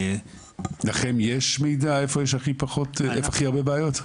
לכם יש מידע איפה יש הכי הרבה בעיות?